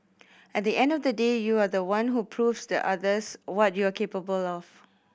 at the end of the day you are the one who proves to others what you are capable of